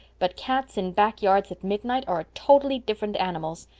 but cats in back yards at midnight are totally different animals.